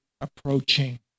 approaching